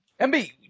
MB